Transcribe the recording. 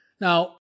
Now